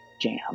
jam